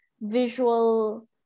visual